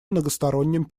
многосторонним